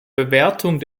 bewertung